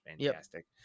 Fantastic